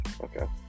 Okay